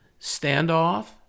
standoff